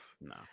No